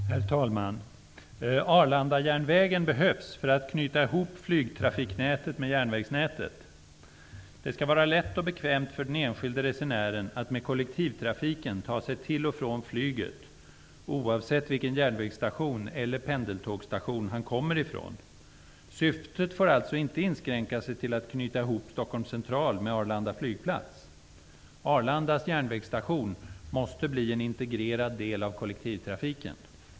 Herr talman! Arlandajärnvägen behövs för att knyta ihop flygtrafiknätet med järnvägsnätet. Det skall vara lätt och bekvämt för den enskilde resenären att med kollektivtrafiken ta sig till och från flyget oavsett vilken järnvägsstation eller pendeltågsstation han kommer ifrån. Syftet får alltså inte inskränkas till att bli att knyta ihop Arlandas järnvägsstation måste bli en integrerad del av kollektivtrafiken.